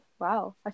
Wow